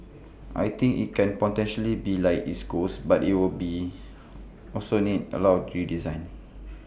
I think IT can potentially be like East Coast but IT will be also need A lot of redesign